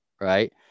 right